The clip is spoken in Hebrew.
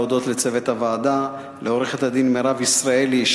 להודות לצוות הוועדה: לעורכת-הדין מירב ישראלי,